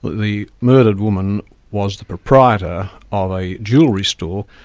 the murdered woman was the proprietor of a jewellery store,